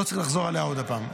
לא צריך לחזור עליה עוד פעם.